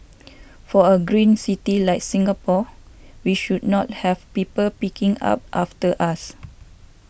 for a green city like Singapore we should not have people picking up after us